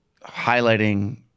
highlighting